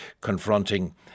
confronting